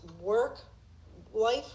work-life